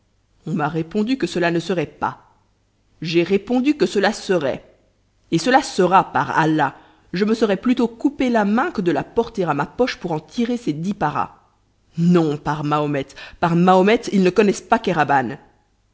on m'a répondu que cela ne serait pas j'ai répondu que cela serait et cela sera par allah je me serais plutôt coupé la main que de la porter à ma poche pour en tirer ces dix paras non par mahomet par mahomet ils ne connaissent pas kéraban